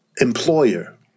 employer